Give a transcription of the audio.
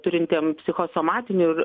turintiems psichosomatinių ir